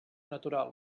natural